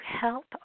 help